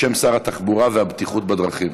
בשם שר התחבורה והבטיחות בדרכים,